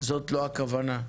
לא הכוונה.